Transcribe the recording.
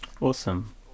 awesome